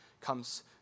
comes